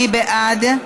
מי בעד?